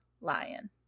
lion